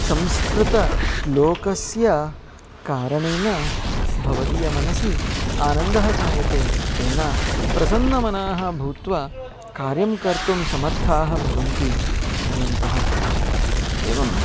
संस्कृतश्लोकस्य कारणेन भवदीय मनसि आनन्दः जायते तेन प्रसन्नमनाः भूत्वा कार्यं कर्तुं समर्थाः भवन्ति भवन्तः एवम्